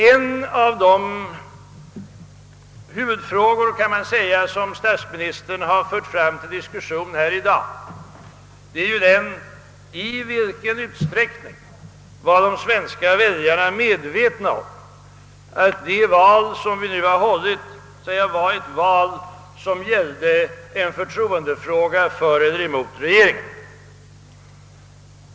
En av de huvudfrågor som statsministern har fört fram till diskussion här i dag är i vilken utsträckning de svenska väljarna var medvetna om att det val som vi nu har hållit gällde en förtroendefråga för eller emot regeringen.